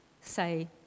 say